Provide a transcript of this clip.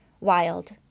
Wild